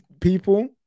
people